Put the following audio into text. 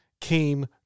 came